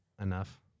enough